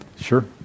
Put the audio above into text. Sure